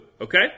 okay